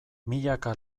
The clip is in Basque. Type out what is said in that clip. milaka